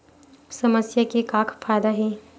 समस्या के का फ़ायदा हे?